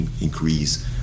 increase